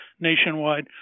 nationwide